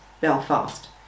Belfast